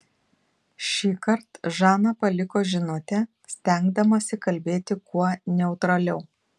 šįkart žana paliko žinutę stengdamasi kalbėti kuo neutraliau